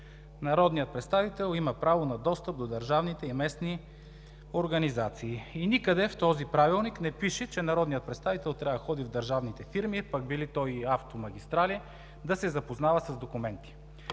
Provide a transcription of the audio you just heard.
Народният представител има право на достъп до държавните и местни организации.“ И никъде в този Правилник не пише, че народният представител трябва да ходи в държавните фирми, пък били то и „Автомагистрали“, да се запознава с документи.